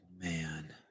Man